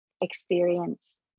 experience